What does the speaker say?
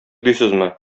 дисезме